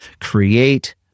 create